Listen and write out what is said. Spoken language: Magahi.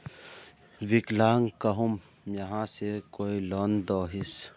विकलांग कहुम यहाँ से कोई लोन दोहिस?